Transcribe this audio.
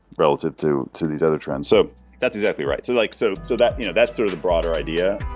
relative to to these other trends. so that's exactly right. so like so so that's you know that's sort of the broader idea.